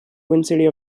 vicinity